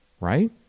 right